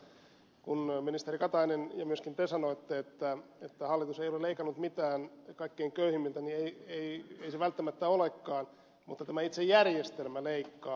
mutta kun ministeri katainen ja myöskin te sanoitte että hallitus ei ole leikannut mitään kaikkein köyhimmiltä niin ei se välttämättä olekaan mutta tämä itse järjestelmä leikkaa